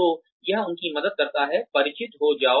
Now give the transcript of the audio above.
तो यह उनकी मदद करता है परिचित हो जाओ